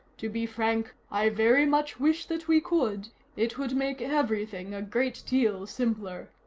to be frank, i very much wish that we could it would make everything a great deal simpler.